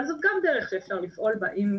אבל זאת גם דרך שאפשר לפעול בה אם רוצים.